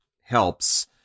helps